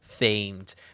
themed